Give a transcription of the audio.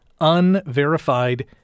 unverified